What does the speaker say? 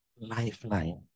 lifeline